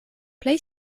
plej